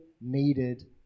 needed